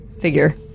figure